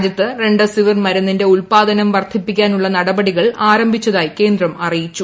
രാജ്യത്ത് റംഡെസിവീർ മരുന്നിന്റെ ഉത്പാദനം വർധിപ്പിക്കാനുള്ള നടപികൾ ആരംഭിച്ചതായി കേന്ദ്രം അറിയിച്ചു